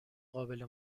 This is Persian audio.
قابل